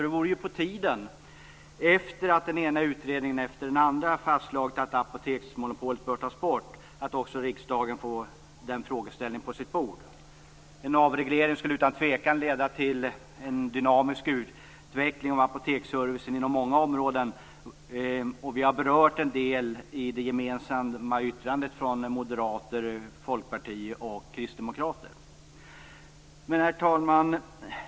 Det vore på tiden, efter det att den ena utredningen efter den andra föreslagit att apoteksmonopolet bör tas bort, att också riksdagen fick den frågeställningen på sitt bord. En avreglering skulle utan tvekan leda till en dynamisk utveckling av apoteksservicen inom många områden, och vi har berört en del i det gemensamma yttrandet från Moderaterna, Folkpartiet och Kristdemokraterna. Herr talman!